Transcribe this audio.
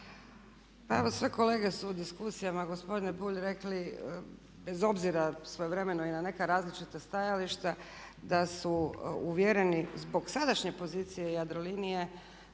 Pa evo sve kolege su u diskusijama gospodine Bulj rekli bez obzira svojevremeno i na neka različita stajališta da su uvjereni zbog sadašnje pozicije Jadrolinije